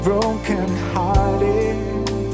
Broken-hearted